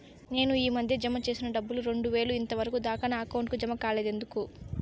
నేను ఈ మధ్య జామ సేసిన డబ్బులు రెండు వేలు ఇంతవరకు దాకా నా అకౌంట్ కు జామ కాలేదు ఎందుకు?